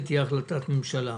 שתהיה החלטת ממשלה.